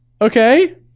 Okay